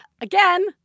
again